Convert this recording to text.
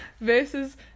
versus